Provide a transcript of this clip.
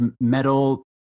metal